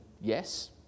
yes